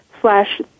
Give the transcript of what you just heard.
slash